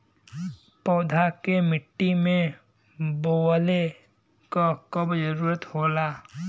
पौधा के मिट्टी में बोवले क कब जरूरत होला